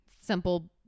simple